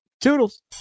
Toodles